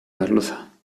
merluza